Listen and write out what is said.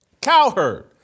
Cowherd